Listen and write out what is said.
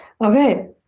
Okay